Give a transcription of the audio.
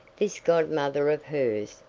this godmother of hers,